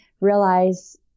realize